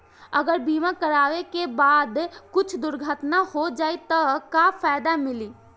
अगर बीमा करावे के बाद कुछ दुर्घटना हो जाई त का फायदा मिली?